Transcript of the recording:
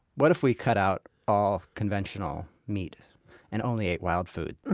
what if we cut out all conventional meat and only ate wild food?